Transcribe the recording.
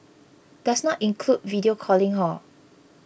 does not include video calling hor